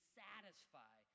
satisfy